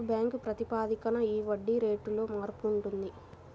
bank ప్రాతిపదికన ఈ వడ్డీ రేటులో మార్పు ఉంటుంది